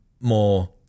more